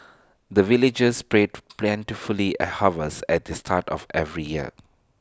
the villagers pray for plentifully harvest at the start of every year